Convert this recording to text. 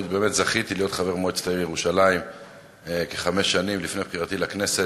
זכיתי להיות חבר מועצת העיר ירושלים כחמש שנים לפני בחירתי לכנסת,